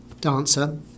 dancer